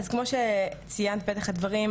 אז כמו שציינת בפתח הדברים,